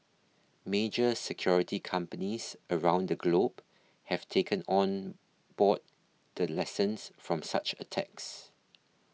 major security companies around the globe have taken on board the lessons from such attacks